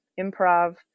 improv